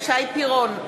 שי פירון,